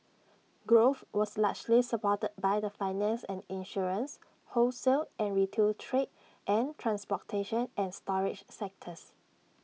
growth was largely supported by the finance and insurance wholesale and retail trade and transportation and storage sectors